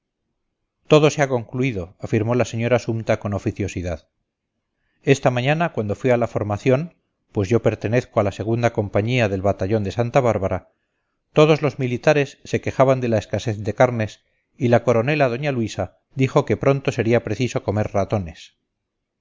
todo se ha concluido afirmó la señora sumta con oficiosidad esta mañana cuando fui a la formación pues yo pertenezco a la segunda compañía del batallón de santa bárbara todos los militares se quejaban de la escasez de carnes y la coronela doña luisa dijo que pronto sería preciso comer ratones